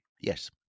Yes